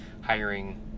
hiring